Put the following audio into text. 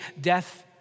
Death